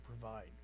provide